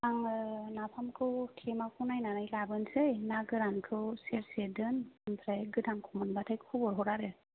आङो नाफामखौ थेमाखौ नायनानै लाबोनसै ना गोरानखौ सेरसे दोन आमफ्राय गोथांखौ मोनबाथाय खबर हर आरो